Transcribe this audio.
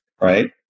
Right